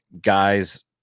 guys